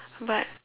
but